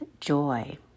joy